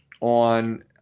on